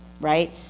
right